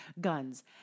guns